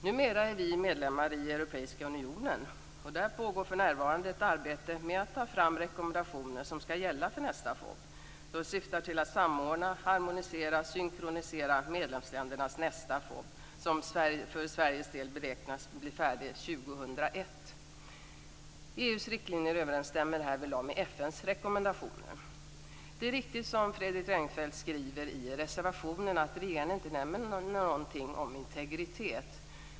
Numera är vi medlemmar i Europeiska unionen, och där pågår för närvarande ett arbete med att ta fram rekommendationer som skall gälla för nästa FoB. De syftar till att samordna, harmonisera och synkronisera medlemsländernas nästa FoB, som för Sveriges del beräknas bli färdig 2001. EU:s riktlinjer överensstämmer härvidlag med FN:s rekommendationer. Det är riktigt, som Fredrik Reinfeldt skriver i reservationen, att regeringen inte nämner någonting om integritet.